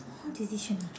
small decision ah